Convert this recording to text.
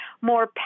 more